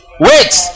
Wait